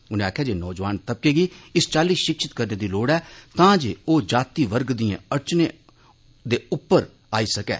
उनें आक्खेआ जे नौजोआन तबके गी इस चाल्ली शिक्षित करने दी लोड़ ऐ तां जे ओ जाति वर्ग दिए अड़चनें उप्पर पार पाई सकै